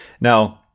Now